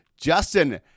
Justin